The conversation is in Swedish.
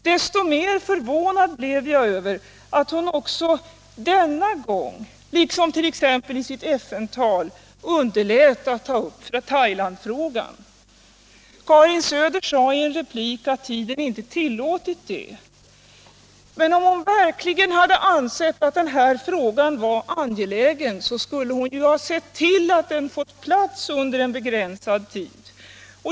Desto mer förvånad blev jag över att hon också denna gång, liksom t.ex. i sitt FN-tal, underlät att ta upp Thailandfrågan. Karin Söder sade i en replik att tiden inte tillåtit det. Men om hon verkligen hade ansett att den här frågan var angelägen skulle hon ju ha sett till att den fått plats under en begränsad tid.